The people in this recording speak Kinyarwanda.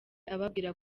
ababwira